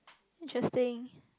interesting